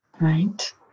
right